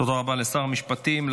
תודה רבה לשר המשפטים.